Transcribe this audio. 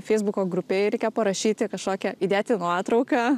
feisbuko grupėj reikia parašyti kažkokią įdėti nuotrauką